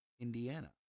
Indiana